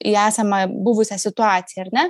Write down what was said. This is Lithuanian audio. į esamą buvusią situaciją ar ne